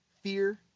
fear